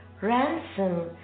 ransom